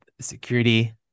security